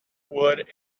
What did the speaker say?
wood